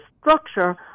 structure